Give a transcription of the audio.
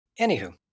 Anywho